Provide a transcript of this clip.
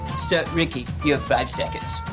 so ricky, you have five seconds.